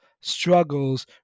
struggles